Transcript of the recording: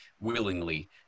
willingly